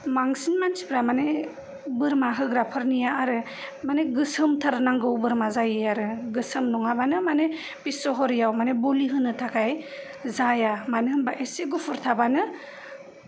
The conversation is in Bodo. मांसिन मानसिफ्रा मानि बोरमा होग्रा फोरनिया आरो मानि गोसोमथार नांगौ बोरमा जायो आरो गोसोम नङाबानो मानि बिस्स'हरियाव मानि बोलि होनो थाखाय जाया मानो होनबा एसे गुफुर थाबानो